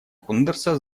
кундерса